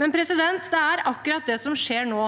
finansiering. Det er akkurat det som skjer nå.